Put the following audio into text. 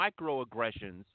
microaggressions